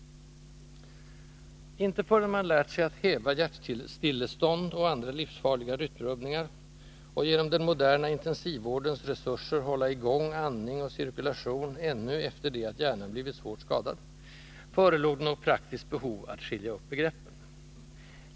Inte förrän man lärt sig att häva hjärtstillestånd och andra livsfarliga rytmrubbningar, och genom den moderna intensivvårdens resurser kan hålla i gång andning och cirkulation ännu efter det att hjärnan blivit svårt skadad, har det uppstått något praktiskt behov av att skilja på begreppen.